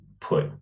put